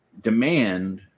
demand